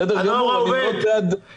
בסדר גמור --- אתם הנוער העובד,